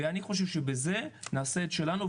ואני חושב שבזה נעשה את שלנו,